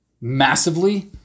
massively